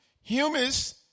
Humans